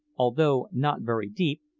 although not very deep,